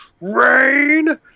rain